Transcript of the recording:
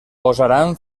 posaran